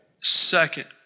Second